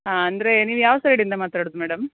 ಹಾಂ ಅಂದರೆ ನೀವು ಯಾವ ಸೈಡಿಂದ ಮಾತಾಡುದು ಮೇಡಮ್